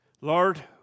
Lord